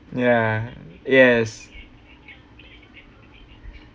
ya yes